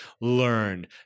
learn